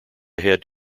head